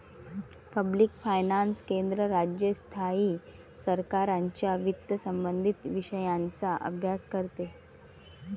public finance केंद्र, राज्य, स्थायी सरकारांच्या वित्तसंबंधित विषयांचा अभ्यास करते